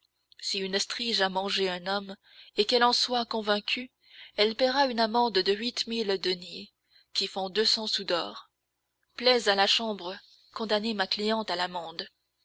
si une stryge a mangé un homme et qu'elle en soit convaincue elle paiera une amende de huit mille deniers qui font deux cents sous d'or plaise à la chambre condamner ma cliente à l'amende